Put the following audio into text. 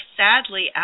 sadly